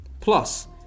Plus